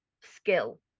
skill